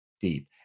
deep